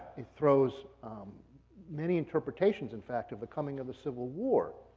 it throws many interpretations, in fact, of the coming of the civil war,